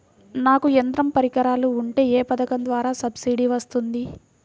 నాకు యంత్ర పరికరాలు ఉంటే ఏ పథకం ద్వారా సబ్సిడీ వస్తుంది?